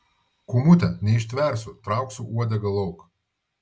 kūmute neištversiu trauksiu uodegą lauk